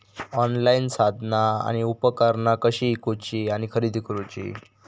Online साधना आणि उपकरणा कशी ईकूची आणि खरेदी करुची?